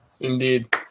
indeed